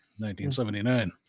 1979